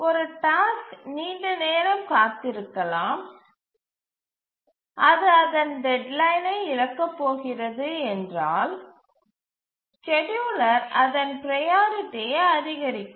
ஒரு டாஸ்க் நீண்ட நேரம் காத்திருக்கலாம் அது அதன் டெட்லைனை இழக்கப் போகிறது என்றால் ஸ்கேட்யூலர் அதன் ப்ரையாரிட்டியை அதிகரிக்கும்